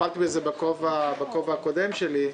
טיפלתי בזה בכובע הקודם שלי,